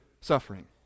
suffering